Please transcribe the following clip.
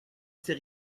ces